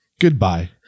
Goodbye